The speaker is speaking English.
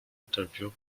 interview